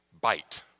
bite